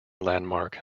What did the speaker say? landmark